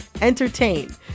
entertain